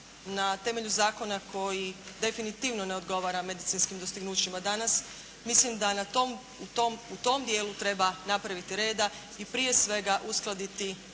na temelju zakona koji definitivno ne odgovara medicinskim dostignućima danas. Mislim da u tom dijelu treba napraviti reda i prije svega uskladiti